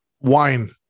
wine